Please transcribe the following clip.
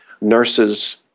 nurses